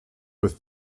with